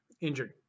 injured